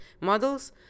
models